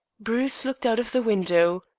bruce looked out of the window,